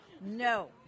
No